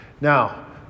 Now